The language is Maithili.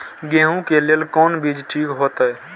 गेहूं के लेल कोन बीज ठीक होते?